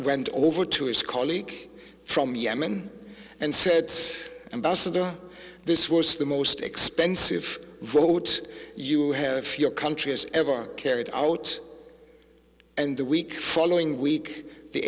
went over to his colleague from yemen and said ambassador this was the most expensive vote you have if your country has ever carried out and the week following week the